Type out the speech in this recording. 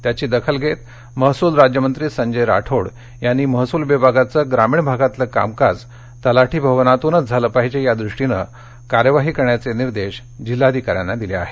त्याची दखल घेत महसूल राज्यमंत्री संजय राठोड यांनी महसूल विभागाचं ग्रामीण भागातलं कामकाज तलाठी भवनातून झालं पाहिजे यादृष्टीने कार्यवाही करण्याचे निर्देश जिल्हाधिकाऱ्यांना दिले आहेत